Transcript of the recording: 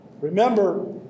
Remember